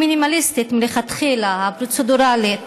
המינימליסטית מלכתחילה, הפרוצדורלית,